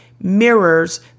mirrors